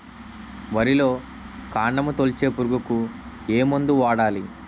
వరిలో కాండము తొలిచే పురుగుకు ఏ మందు వాడాలి?